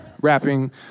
rapping